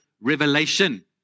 Revelation